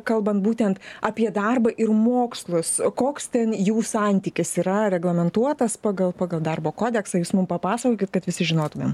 kalbant būtent apie darbą ir mokslus koks ten jų santykis yra reglamentuotas pagal pagal darbo kodeksą jūs mum papasakokit kad visi žinotumėm